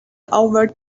over